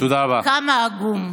כמה עגום.